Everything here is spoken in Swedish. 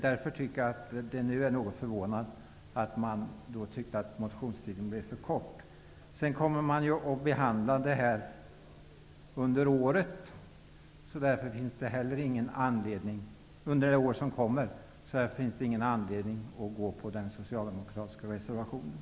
Därför är det något förvånande att Socialdemokraterna nu anser att motionstiden blev för kort. Detta kommer att behandlas under det kommande året. Därför finns det ingen anledning att rösta på den socialdemokratiska reservationen.